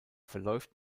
verläuft